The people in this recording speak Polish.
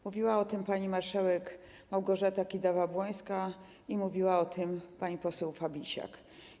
Mówiła o tym pani marszałek Małgorzata Kidawa-Błońska i mówiła o tym pani poseł Fabisiak.